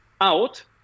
out